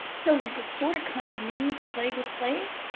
so, we sort of, kind of knew the plague was plague,